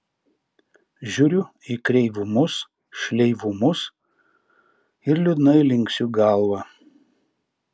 žiūriu į kreivumus šleivumus ir liūdnai linksiu galvą